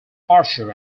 archer